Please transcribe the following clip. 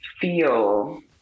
feel